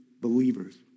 believers